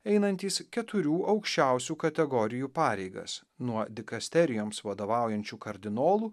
einantys keturių aukščiausių kategorijų pareigas nuo dikasterijoms vadovaujančių kardinolų